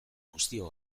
guztiok